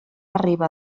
arriba